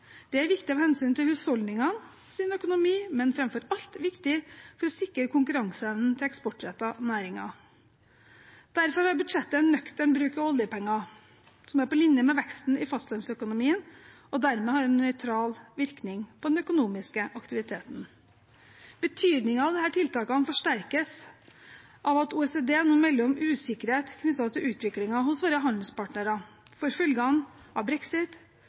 Det er viktig av hensyn til husholdningenes økonomi, men det er framfor alt viktig for å sikre de eksportrettede næringenes konkurranseevne. Derfor har budsjettet en nøktern bruk av oljepenger – på linje med veksten i fastlandsøkonomien – som dermed har en nøytral virkning på den økonomiske aktiviteten. Betydningen av disse tiltakene forsterkes av at OECD nå melder om usikkerhet knyttet til utviklingen hos våre handelspartnere: følgene av brexit,